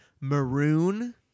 maroon